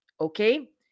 okay